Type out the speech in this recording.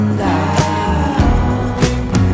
down